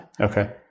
Okay